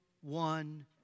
one